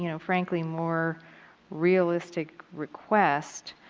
you know frankly, more realistic request